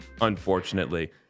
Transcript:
Unfortunately